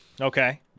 Okay